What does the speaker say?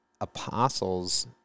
apostles